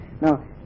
now